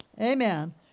Amen